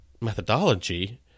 methodology